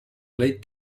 late